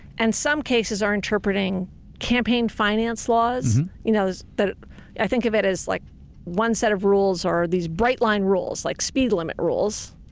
and some cases are interpreting campaign finance laws. you know mm-hmm. but i think of it as like one set of rules or these bright line rules, like speed limit rules,